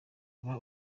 uba